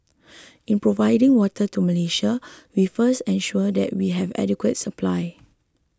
in providing water to Malaysia we first ensure that we have adequate supply